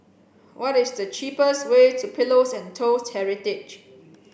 what is the cheapest way to Pillows and Toast Heritage